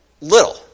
little